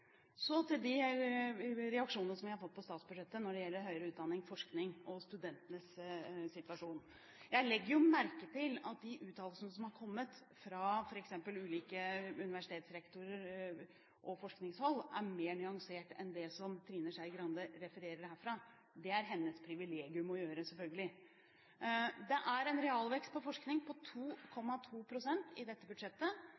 Så til de reaksjonene vi har fått på statsbudsjettet når det gjelder høyere utdanning, forskning og studentenes situasjon. Jeg legger jo merke til at de uttalelsene som er kommet fra f.eks. ulike universitetsrektorer og forskningshold, er mer nyansert enn det som Trine Skei Grande refererer herfra. Men det er selvfølgelig hennes privilegium å gjøre det. Det er en realvekst på forskning på